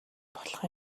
болох